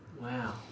wow